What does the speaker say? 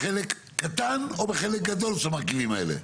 בחלק קטן או בחלק גדול של המרכיבים האלה?